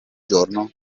giorno